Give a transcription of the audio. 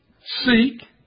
seek